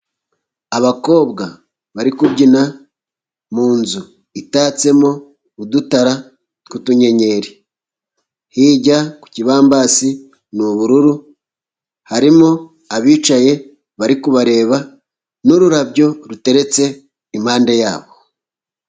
Abakobwa bari kubyina mu nzu itatsemo udutara tw'utunyenyeri. Hirya ku kibambasi ni ubururu harimo abicaye bari kubareba n'ururabyo ruteretse impande yabo.